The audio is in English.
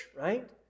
right